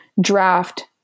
draft